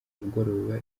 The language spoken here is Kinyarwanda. mugoroba